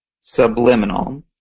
subliminal